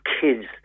kids